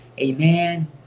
Amen